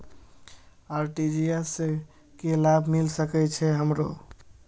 RTGS से की लाभ मिल सके छे हमरो?